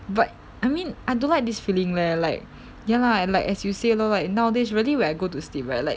but I mean I don't like this feeling leh like ya lah and like as you say lor like nowadays really when I go to sleep right like